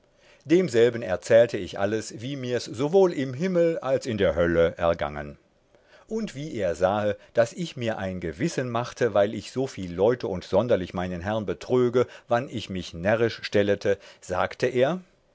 demselben erzählte ich alles wie mirs sowohl im himmel als in der hölle ergangen und wie er sahe daß ich mir ein gewissen machte weil ich so viel leute und sonderlich meinen herrn betröge wann ich mich närrisch stellete sagte er